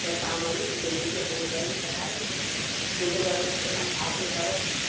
त तव्हां वरी डिलेवरी असांजे घर में कराए रखिजो मुंहिंजो घरु जलखास में अथव